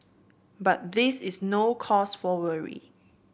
but this is no cause for worry